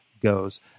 goes